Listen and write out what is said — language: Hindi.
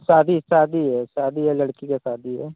शादी शादी है शादी है लड़की का शादी है